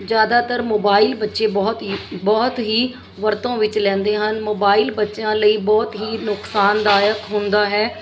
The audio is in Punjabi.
ਜ਼ਿਆਦਾਤਰ ਮੋਬਾਈਲ ਬੱਚੇ ਬਹੁਤ ਹੀ ਬਹੁਤ ਹੀ ਵਰਤੋਂ ਵਿੱਚ ਲੈਂਦੇ ਹਨ ਮੋਬਾਈਲ ਬੱਚਿਆਂ ਲਈ ਬਹੁਤ ਹੀ ਨੁਕਸਾਨਦਾਇਕ ਹੁੰਦਾ ਹੈ